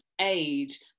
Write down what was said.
age